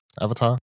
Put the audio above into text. Avatar